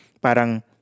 Parang